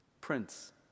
Prince